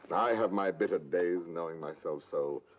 i have my bitter days, knowing myself so.